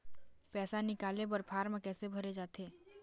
पैसा निकाले बर फार्म कैसे भरे जाथे?